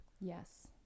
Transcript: Yes